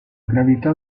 gravità